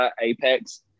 Apex